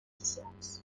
socials